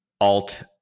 alt